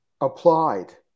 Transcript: applied